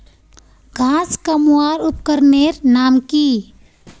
घांस कमवार उपकरनेर नाम की?